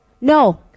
No